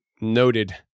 Noted